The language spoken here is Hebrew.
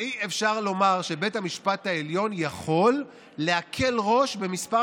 ואי-אפשר לומר שבית המשפט העליון יכול להקל ראש במספר